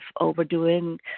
overdoing